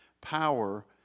power